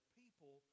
people